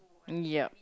mm yup